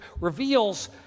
reveals